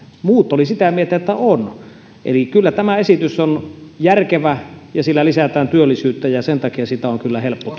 muut olivat sitä mieltä että on eli kyllä tämä esitys on järkevä ja sillä lisätään työllisyyttä ja sen takia sitä on kyllä helppo